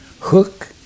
hook